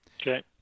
okay